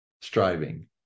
striving